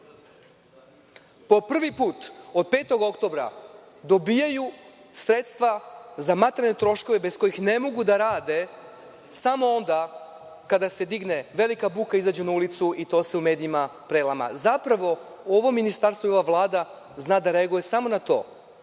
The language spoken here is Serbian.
Po prvi put, od 5. oktobra, dobijaju sredstva za materijalne troškove bez kojih ne mogu da rade samo onda kada se digne velika buka, izađu na ulicu i to se u medijima prelama. Zapravo, ovo ministarstvo i ova Vlada zna da reaguje samo na